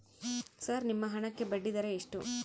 Sir ನಿಮ್ಮ ಹಣಕ್ಕೆ ಬಡ್ಡಿದರ ಎಷ್ಟು?